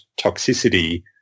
toxicity